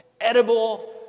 edible